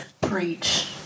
preach